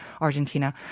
Argentina